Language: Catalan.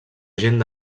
gent